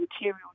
material